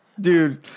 dude